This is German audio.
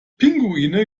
pinguine